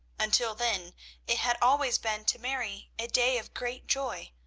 until then it had always been to mary a day of great joy,